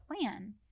plan